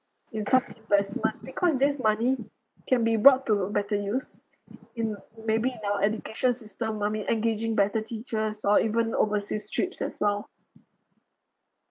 in such investments because this money can be brought to better use in maybe in our education system maybe engaging better teachers or even overseas trips as well